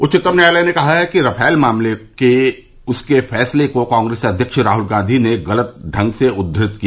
उच्चतम न्यायालय ने कहा है कि रफाल मामले के उसके फैसले को कांग्रेस अध्यक्ष राहुल गांधी ने गलत ढंग से उद्दत किया